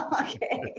Okay